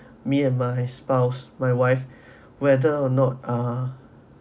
me and my spouse my wife whether or not ah